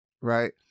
right